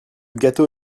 gâteau